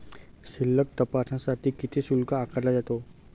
शिल्लक तपासण्यासाठी किती शुल्क आकारला जातो?